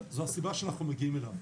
זו הסיבה שאנחנו מגיעים אליו.